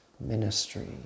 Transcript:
ministry